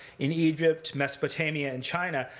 in egypt, mesopotamia, and china.